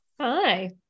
Hi